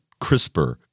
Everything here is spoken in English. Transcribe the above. CRISPR